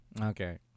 Okay